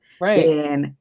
Right